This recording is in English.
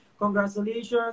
congratulations